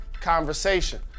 conversation